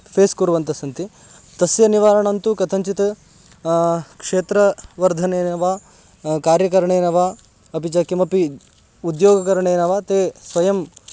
face कुर्वन्तस्सन्ति तस्य निवारणं तु कथञ्चित् क्षेत्रवर्धनेन वा कार्यकरणेन वा अपि च किमपि उद्योगकरणेन वा ते स्वयं